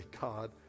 God